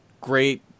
great